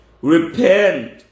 Repent